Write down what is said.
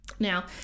Now